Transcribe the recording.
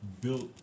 built